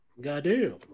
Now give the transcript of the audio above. Goddamn